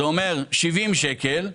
זה אומר 70 שקלים,